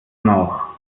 noch